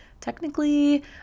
technically